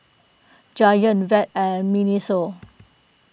Giant Veet and Miniso